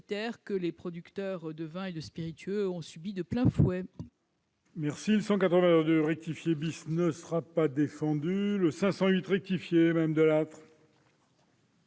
que les producteurs de vins et de spiritueux ont subi de plein fouet.